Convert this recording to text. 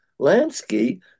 Lansky